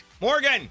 Morgan